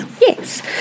Yes